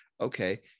okay